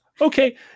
Okay